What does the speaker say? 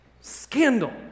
Scandal